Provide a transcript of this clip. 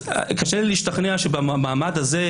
קשה לי להשתכנע שבמעמד הזה,